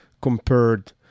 compared